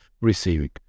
receiving